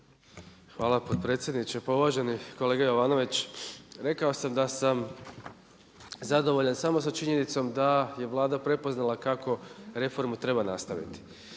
Hvala potpredsjedniče. Pa uvaženi kolega Jovanović, rekao sam da sam zadovoljan samo sa činjenicom da je Vlada prepoznala kako reformu treba nastaviti.